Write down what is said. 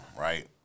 right